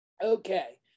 Okay